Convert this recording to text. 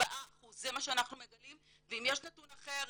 זה מה שאנחנו מגלים, ואם יש נתון אחר